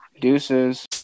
Deuces